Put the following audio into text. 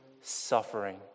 suffering